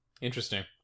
Interesting